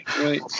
Right